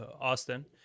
Austin